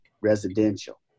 residential